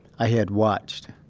i had watched